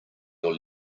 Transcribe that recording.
your